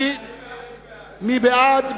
מי בעד?